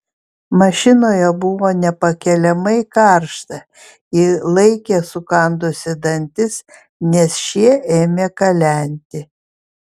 mašinoje buvo nepakeliamai karšta ji laikė sukandusi dantis nes šie ėmė kalenti